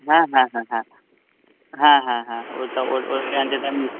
হ্যাঁ হ্যাঁ হ্যাঁ হ্যাঁ হ্যাঁ হ্যাঁ হ্যাঁ ওইটা ওই গ্যারান্টিটা আমি